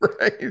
Right